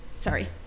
sorry